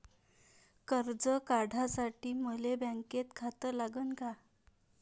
कर्ज काढासाठी मले बँकेत खातं लागन का?